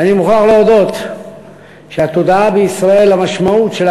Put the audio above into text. ואני מוכרח להודות שהתודעה בישראל למשמעות של